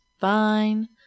Fine